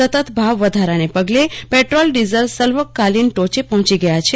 સતત ભાવવધારાને પગલે પેટ્રોલ ડીઝલ સરવાકાલોન ટોચે પહોંચી ગયો છે